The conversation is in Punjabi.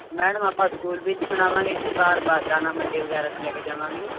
ਮੈਡਮ ਆਪਾਂ ਸਕੂਲ ਵਿੱਚ ਮਨਾਵਾਂਗੇ ਕਿ ਬਾਹਰ ਦਾਣਾ ਮੰਡੀ ਵਗੈਰਾ ਤੇ ਲੈ ਕੇ ਜਾਵਾਂਗੇ